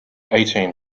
eighteen